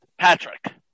Patrick